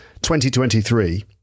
2023